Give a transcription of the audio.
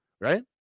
Right